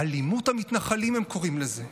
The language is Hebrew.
"אלימות המתנחלים", הם קוראים לזה,